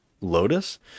lotus